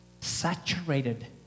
saturated